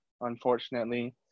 unfortunately